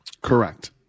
Correct